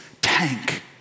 tank